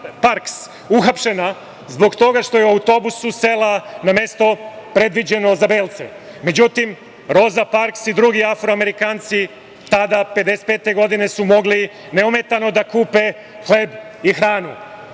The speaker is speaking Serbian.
Parks uhapšena zbog toga što je u autobusu sela na mesto predviđeno za belce. Međutim Roza Parks i drugi Afroamerikanci tada 1955. godine su mogli neometano da kupe hleb i hranu,